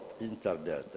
Internet